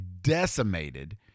decimated